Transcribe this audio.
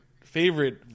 favorite